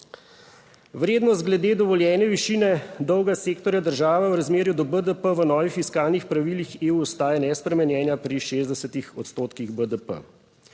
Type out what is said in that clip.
Vrednost glede dovoljene višine dolga sektorja država v razmerju do BDP v novih fiskalnih pravilih EU ostaja nespremenjena pri 60